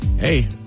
Hey